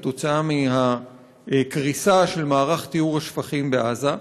בגלל הקריסה של מערך טיהור השפכים בעזה.